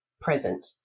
present